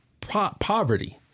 poverty